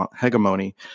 hegemony